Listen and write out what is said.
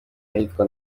ahitwa